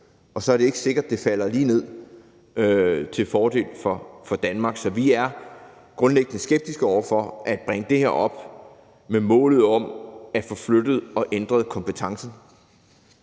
og så er det ikke sikkert, at det falder ud til fordel for Danmark. Så vi er grundlæggende skeptiske over for at bringe det her op med det mål at få flyttet og ændret kompetencen,